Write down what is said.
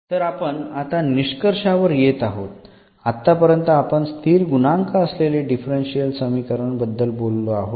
तर आपण आता निष्कर्षावर येत आहोत आत्तापर्यंत आपण स्थिर गुणांक असलेले डिफरन्शियल समीकरण बद्दल बोललो आहोत